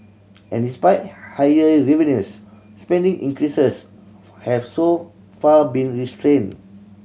and despite higher revenues spending increases have so far been restrained